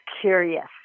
curious